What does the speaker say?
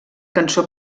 cançó